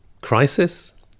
crisis